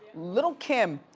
li'l kim,